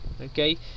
Okay